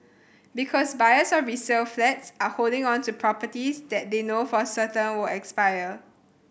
because buyers of resale flats are holding on to properties that they know for certain will expire